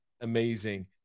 amazing